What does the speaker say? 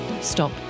Stop